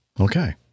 Okay